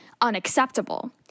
unacceptable